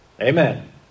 Amen